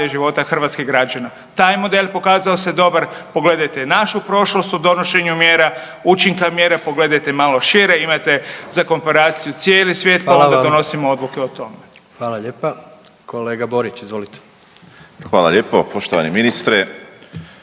i života hrvatskih građana. Taj model pokazao se dobar, pogledajte našu prošlost u donošenju mjera, učinka mjera, pogledajte malo šire, imate za komparaciju cijeli svijet…/Upadica: Hvala vam/… …/Govornik se ne razumije/… donosimo